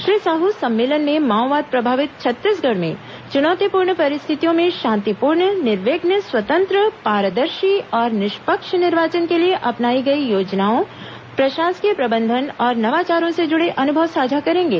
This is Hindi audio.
श्री साहू सम्मेलन में माओवाद प्रभावित छत्तीसगढ़ में चुनौतीपूर्ण परिस्थितियों में शांतिपूर्ण निर्विघ्न स्वतंत्र पारदर्शी और निष्पक्ष निर्वाचन के लिए अपनाई गई योजनाओं प्रशासकीय प्रबंधन और नवाचारों से जूड़े अन्भव साझा करेंगे